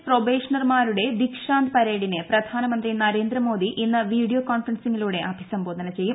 S പ്രൊബ്ബേഷ്ണർമാരുടെ ദിക്ഷാന്ത് പരേഡിനെ പ്രധാനമന്ത്രി നരേന്ദ്ര മോദി ഇന്ന് വീഡിയോ കോൺഫറൻസിലൂടെ അഭിസംബോധന ചെയ്യും